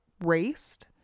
raced